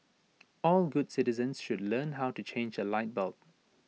all good citizens should learn how to change A light bulb